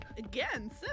Again